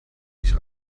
nicht